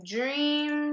Dream